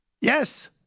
yes